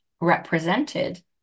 represented